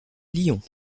lyon